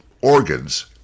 organs